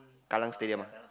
Kallang-Stadium ah